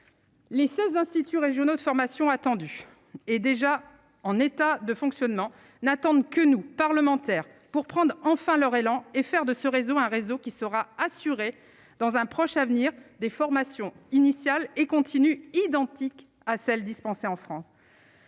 Les 16 instituts régionaux de formation attendu est déjà en état de fonctionnement n'attendent que nous parlementaires pour prendre enfin leur élan et faire de ce réseau, un réseau qui sera assurée dans un proche avenir des formations initiales et continues identique à celle dispensée en France,